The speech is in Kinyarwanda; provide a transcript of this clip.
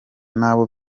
n’abo